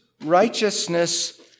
righteousness